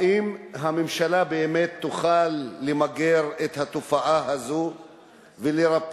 האם הממשלה באמת תוכל למגר את התופעה הזאת ולרפא